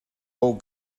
all